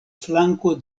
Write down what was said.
flanko